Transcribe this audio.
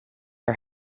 our